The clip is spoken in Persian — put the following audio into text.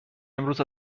امروز